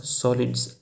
solids